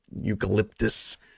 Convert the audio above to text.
eucalyptus